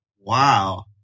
Wow